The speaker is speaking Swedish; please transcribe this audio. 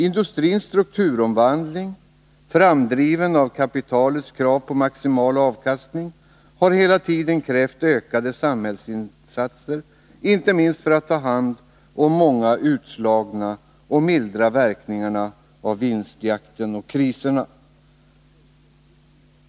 Industrins strukturomvandling, framdriven av kapitalets krav på maximal avkastning, har hela tiden krävt ökade samhällsinsatser — inte minst för att ta hand om många utslagna och mildra verkningarna av vinstjakten och kriserna.